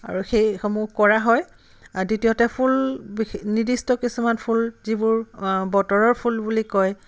আৰু সেইসমূহ কৰা হয় আৰু দ্বিতীয়তে ফুল বিশেষ নিৰ্দিষ্ট কিছুমান ফুল যিবোৰ বতৰৰ ফুল বুলি কয়